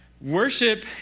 worship